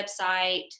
website